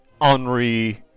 Henri